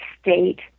state